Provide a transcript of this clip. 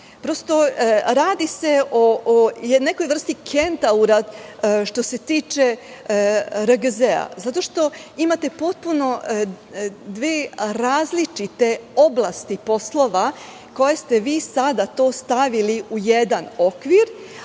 Prosto, radi se o nekoj vrsti kentaura što se tiče RGZ, zato što imate potpuno dve različite oblasti poslova koje ste vi sada stavili u jedan okvir,